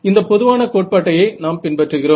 இந்தப் பொதுவான கோட்பாட்டையே நாம் பின்பற்றுகிறோம்